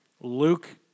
Luke